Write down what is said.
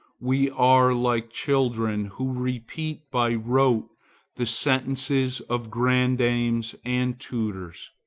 we are like children who repeat by rote the sentences of grandames and tutors,